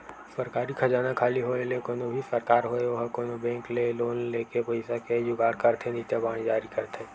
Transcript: सरकारी खजाना खाली होय ले कोनो भी सरकार होय ओहा कोनो बेंक ले लोन लेके पइसा के जुगाड़ करथे नइते बांड जारी करथे